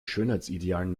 schönheitsidealen